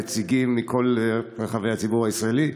ונציגים מכל רחבי הציבור הישראלי,